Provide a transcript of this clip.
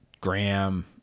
Graham